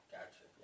Gotcha